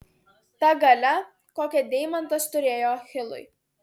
ta galia kokią deimantas turėjo achilui